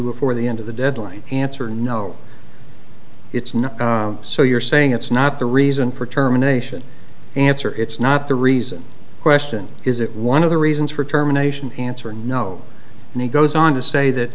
before the end of the deadline answer no it's not so you're saying it's not the reason for terminations answer it's not the reason question is it one of the reasons for terminations answer no and he goes on to say that